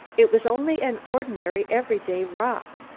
it was only an ordinary, every-day rock.